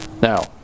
Now